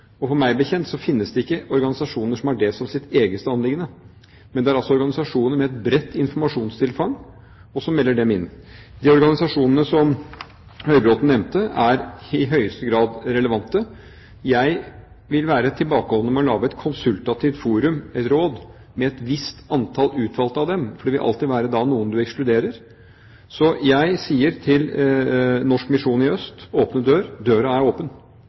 Meg bekjent finnes det ikke organisasjoner som har det som sitt eneste anliggende, men det er altså organisasjoner med et bredt informasjonstilfang, og som melder dem inn. De organisasjonene som Høybråten nevnte, er i høyeste grad relevante. Jeg vil være tilbakeholden når det gjelder å lage et konsultativt forum, et råd, med et visst antall utvalgte av dem, for det vil alltid da være noen man ekskluderer. Så jeg sier til Norsk Misjon i Øst og Åpne Dører: Døren er åpen